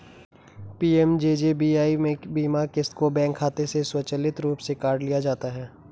PMJJBY में बीमा क़िस्त को बैंक खाते से स्वचालित रूप से काट लिया जाता है